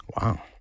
Wow